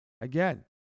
Again